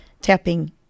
tapping